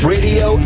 Radio